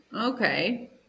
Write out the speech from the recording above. Okay